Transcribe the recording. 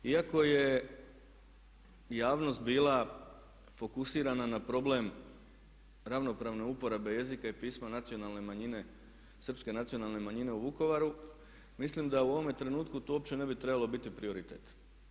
Iako je javnost bila fokusirana na problem ravnopravne uporabe jezika i pisma nacionalne manjine, Srpske nacionalne manjine u Vukovaru mislim da u ovome trenutku to uopće ne bi trebalo biti prioritet.